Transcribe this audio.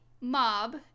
mob